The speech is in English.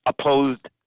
opposed